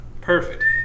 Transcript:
Perfect